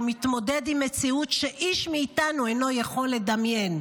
ומתמודד עם מציאות שאיש מאיתנו אינו יכול לדמיין.